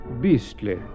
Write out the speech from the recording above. Beastly